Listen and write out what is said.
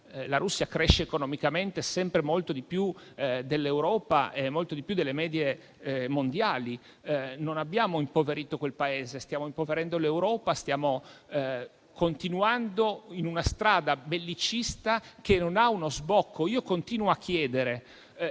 la Russia cresce economicamente sempre molto di più dell'Europa e delle medie mondiali. Non abbiamo impoverito quel Paese: stiamo impoverendo l'Europa, stiamo continuando in una strada bellicista che non ha uno sbocco. Io continuo a chiedere